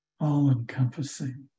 all-encompassing